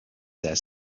their